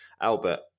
Albert